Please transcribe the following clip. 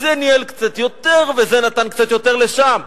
אז זה ניהל קצת יותר וזה נתן קצת יותר לשם,